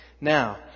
Now